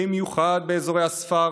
במיוחד באזורי הספר,